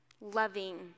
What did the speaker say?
loving